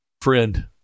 Friend